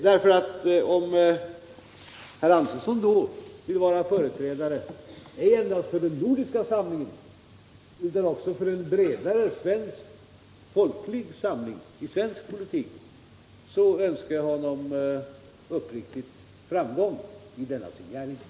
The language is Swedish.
Om Johannes Antonsson då vill vara företrädare inte endast för den nordiska samlingen utan också för en bredare folklig samling i svensk politik önskar jag honom uppriktigt framgång i denna hans gärning.